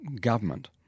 government